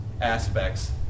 aspects